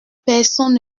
personne